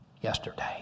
yesterday